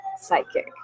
psychic